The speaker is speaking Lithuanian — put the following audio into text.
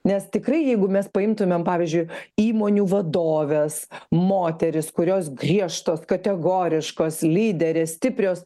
nes tikrai jeigu mes paimtumėm pavyzdžiui įmonių vadoves moteris kurios griežtos kategoriškos lyderės stiprios